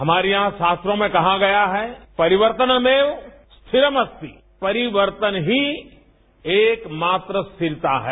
हमारे यहा शास्त्रों में कहा गया हैं ष्यारिवर्तनमेव स्थिरमस्तिक परिवर्तन ही एकमात्र स्थिरता है